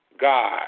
God